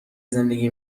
زندگی